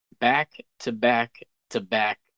back-to-back-to-back